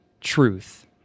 truth